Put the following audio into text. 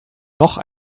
noch